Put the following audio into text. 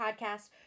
podcast